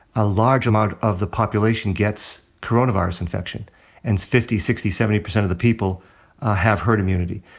a large amount of the population gets coronavirus infection. and it's fifty, sixty, seventy percent of the people have herd immunity.